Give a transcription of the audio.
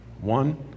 One